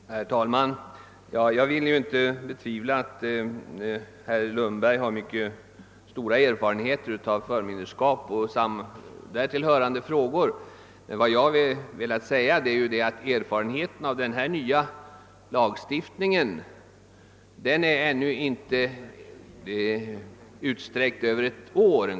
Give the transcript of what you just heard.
Herr talman! Jag betvivlar inte att herr Lundberg har mycket stora erfarenheter av förmynderskap och därtill hörande frågor. Men vad jag har velat säga är att erfarenheten av denna nya lagstiftning hittills inte är utsträckt ens över ett år.